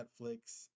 Netflix